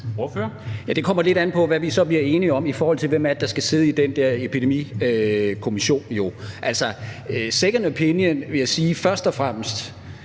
Det kommer lidt an på, hvad vi bliver enige om, i forhold til hvem det så er, der skal sidde i den der epidemikommission. Altså, jeg vil sige, at en second